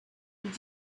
did